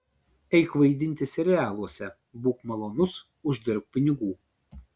eik vaidinti serialuose būk malonus uždirbk pinigų